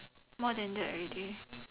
more than that already